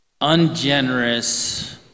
ungenerous